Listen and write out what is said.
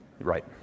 Right